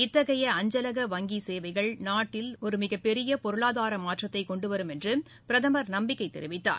இத்தகைய அஞ்சலக வங்கி சேவைகள் நாட்டில் ஒரு மிகப்பெரிய பொருளாதார மாற்றத்தை கொண்டு வரும் என்று பிரதமர் நம்பிக்கை தெரிவித்தார்